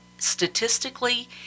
Statistically